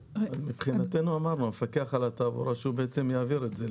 מבחינתנו אמרנו שהמפקח על התעבורה יעביר את זה.